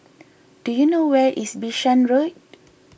do you know where is Bishan Road